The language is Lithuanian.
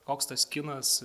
koks tas kinas